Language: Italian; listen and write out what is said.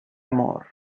amor